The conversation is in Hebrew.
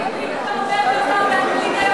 באנגלית,